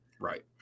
Right